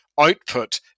output